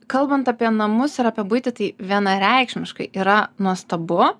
kalbant apie namus ir apie buitį tai vienareikšmiškai yra nuostabu